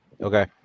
Okay